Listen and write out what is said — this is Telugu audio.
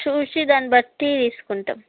చూసి దాన్నిబట్టి తీసుకుంటాం